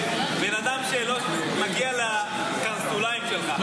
בן אדם שלא מגיע לקרסוליים שלך.